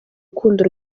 urukundo